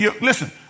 Listen